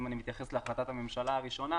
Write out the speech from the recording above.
אם אני מתייחס להחלטת הממשלה הראשונה,